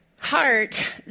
heart